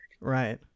Right